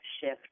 shift